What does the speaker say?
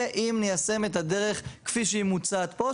אם ניישם את הדרך כפי שהיא מוצעת פה,